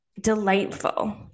delightful